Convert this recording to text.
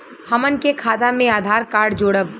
हमन के खाता मे आधार कार्ड जोड़ब?